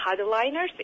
hardliners